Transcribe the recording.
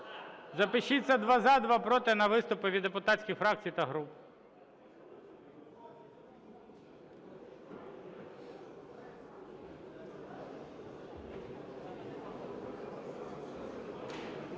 Запишіться: два – за, два – проти, на виступи від депутатських фракцій та груп.